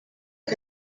que